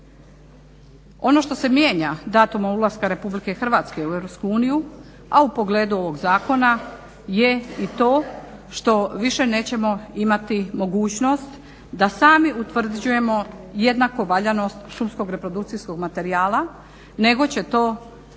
Ono što se mijenja datumom ulaska Republike Hrvatske u Europsku uniju a u pogledu ovog zakona je i to što više neće imati mogućnost da sami utvrđujemo jednako valjanost šumskog reprodukcijskog materijala nego će to za